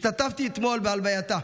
השתתפתי אתמול בהלווייתה,